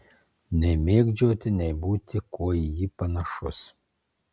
nei mėgdžioti nei būti kuo į jį panašus